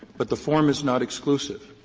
but the form is not exclusive.